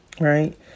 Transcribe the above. Right